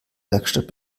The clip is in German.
werkstatt